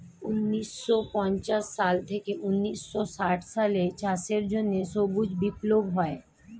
ঊন্নিশো পঞ্চাশ সাল থেকে ঊন্নিশো ষাট সালে চাষের জন্য সবুজ বিপ্লব হয়